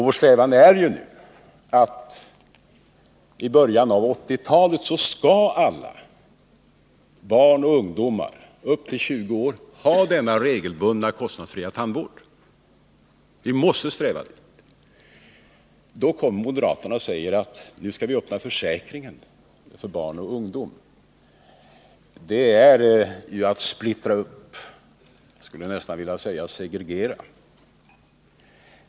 Vår strävan är ju att alla i början av 1980-talet — barn och ungdomar upp till 20 år — skall ha denna regelbundna, kostnadsfria tandvård. Vi måste sträva dithän. Då kommer moderaterna och säger att vi skall öppna försäkringen för barn och ungdom. Det är ju att splittra upp, jag skulle vilja säga segregera.